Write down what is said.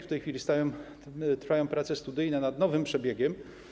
W tej chwili trwają prace studyjne nad nowym przebiegiem.